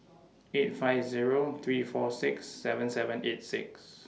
eight five Zero three four six seven seven eight six